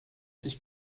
sich